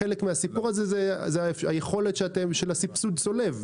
חלק מהסיפור הזה זה היכולת של סבסוד צולב.